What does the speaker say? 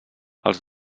els